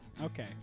Okay